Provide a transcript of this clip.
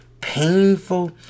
Painful